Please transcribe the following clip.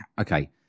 okay